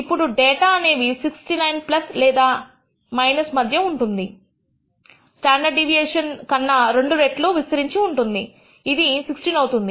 అప్పుడు డేటా అనేవి 69 లేదా మధ్య ఉంటుంది స్టాండర్డ్ డీవియేషన్ కన్నా 2 రెట్లు విస్తరించి ఉంటుంది ఇది 16 అవుతుంది